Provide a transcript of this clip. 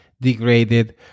degraded